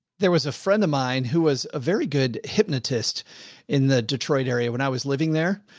there was a friend of mine who was a very good hypnotist in the detroit area when i was living there.